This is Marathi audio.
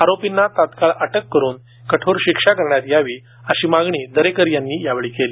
आरोपींना तत्काळ अटक करून कठोर शिक्षा करण्यात यावी अशी मागणी दरेकर यांनी यावेळी केली